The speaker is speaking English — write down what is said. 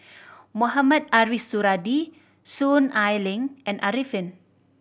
Mohamed Ariff Suradi Soon Ai Ling and Arifin